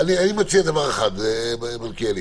אני מציע דבר אחד, מלכיאלי.